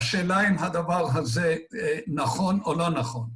שאלה אם הדבר הזה נכון או לא נכון.